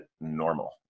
normal